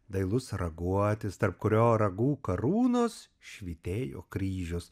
dailus raguotis tarp kurio ragų karūnos švytėjo kryžius